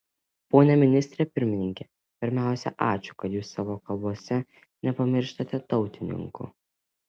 pone ministre pirmininke pirmiausia ačiū kad jūs savo kalbose nepamirštate tautininkų